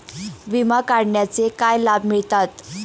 विमा काढण्याचे काय लाभ मिळतात?